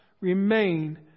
remain